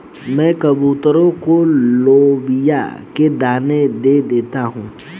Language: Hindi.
मैं कबूतरों को लोबिया के दाने दे देता हूं